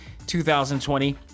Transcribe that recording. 2020